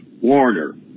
Warner